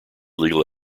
legal